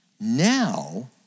Now